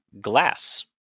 glass